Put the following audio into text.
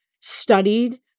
studied